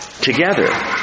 together